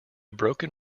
broken